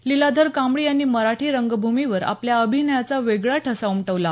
लीलाधर कांबळी यांनी मराठी रंगभूमीवर आपल्या अभिनयाचा वेगळा ठसा उमटवला